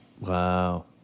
Wow